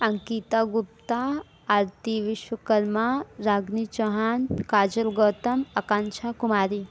Ankita Gupta Aarti Vishwakarma Ragini Chauhan Kajal Gautam Akanksha Kumari